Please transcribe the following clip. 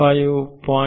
5 0